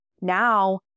now